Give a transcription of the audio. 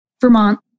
Vermont